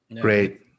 Great